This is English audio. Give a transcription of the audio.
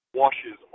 washes